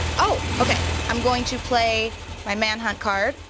oh, okay, i'm going to play my manhunt card,